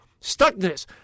stuckness